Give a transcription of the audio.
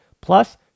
Plus